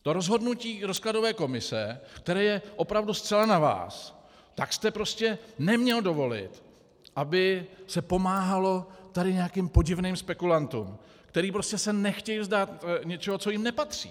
To rozhodnutí rozkladové komise, které je opravdu zcela na vás, tak jste neměl dovolit, aby se pomáhalo tady nějakým podivným spekulantům, kteří prostě se nechtějí vzdát něčeho, co jim nepatří.